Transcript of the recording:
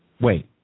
Wait